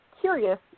curious